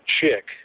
Chick